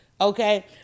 Okay